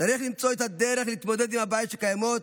צריך למצוא את הדרך להתמודד עם הבעיות שקיימות,